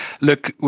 look